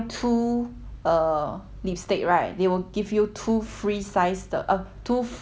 lipstick right they will give you two free size 的 uh two free 的 full size lipstick